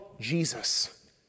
Jesus